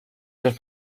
les